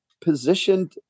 positioned